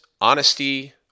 honesty